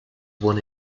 won